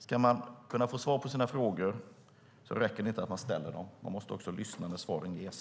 Ska man kunna få svar på sina frågor räcker det inte att man ställer dem. Man måste också lyssna när svaren ges.